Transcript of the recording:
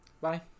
bye